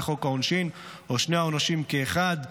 לחוק העונשין או שני העונשים כאחד",